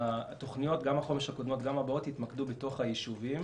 התוכניות גם החומש הקודמות וגם הבאות יתמקדו בתוך היישובים,